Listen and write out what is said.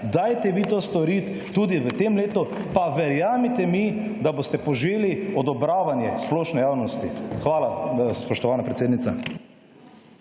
dajte vi to storiti tudi v tem letu. Pa verjemite mi, da boste poželi odobravanje splošne javnosti. Hvala, spoštovana podpredsednica.